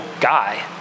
guy